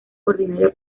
ordinaria